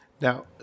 Now